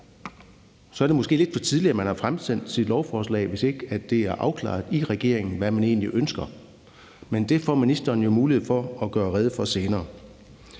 Så er det måske lidt for tidligt, at man har fremsat sit lovforslag, altså hvis det ikke er afklaret i regeringen, hvad man egentlig ønsker. Men det får ministeren jo mulighed for at gøre rede for senere.